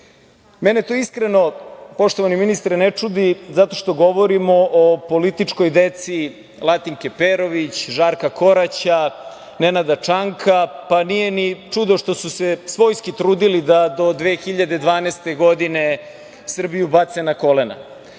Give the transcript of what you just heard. to iskreno, poštovani ministre, ne čudi, zato što govorimo o političkoj deci Latinke Perović, Žarka Koraća, Nenada Čanka, pa nije ni čudo što su se svojski trudili da do 2012. godine Srbiju bace na kolena. Tada